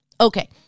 Okay